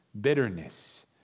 bitterness